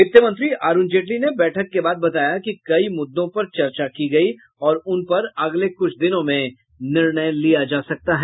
वित्तमंत्री अरुण जेटली ने बैठक के बाद बताया कि कई मुद्दों पर चर्चा की गयी और उनपर अगले कुछ दिनों में निर्णय लिया जा सकता है